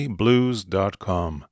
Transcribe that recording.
blues.com